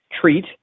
treat